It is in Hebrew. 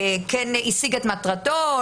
כן השיג את המטרתו,